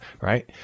right